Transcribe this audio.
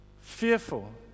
fearful